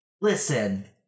Listen